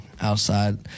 Outside